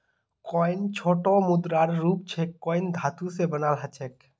coin छोटो मुद्रार रूप छेक कॉइन धातु स बनाल ह छेक